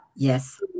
Yes